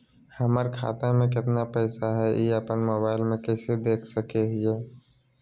हमर खाता में केतना पैसा हई, ई अपन मोबाईल में कैसे देख सके हियई?